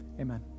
Amen